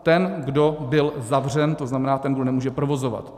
Ten, kdo byl zavřen, tzn. ten, kdo nemůže provozovat.